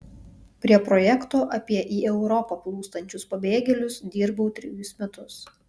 prie projekto apie į europą plūstančius pabėgėlius dirbau trejus metus